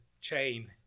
chain